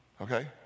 Okay